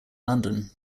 london